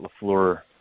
LaFleur